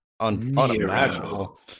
Unimaginable